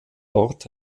dort